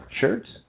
shirts